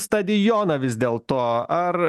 stadioną vis dėlto ar